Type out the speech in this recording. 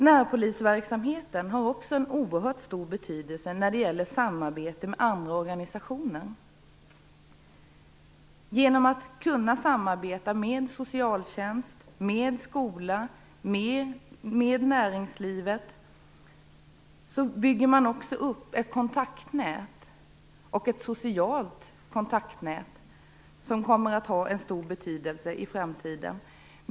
Närpolisverksamheten har också en oerhört stor betydelse när det gäller samarbete med andra organisationer. Genom att kunna samarbeta med socialtjänst, skola och näringsliv bygger man upp ett socialt kontaktnät som kommer att ha stor betydelse i framtiden.